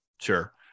sure